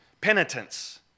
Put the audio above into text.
penitence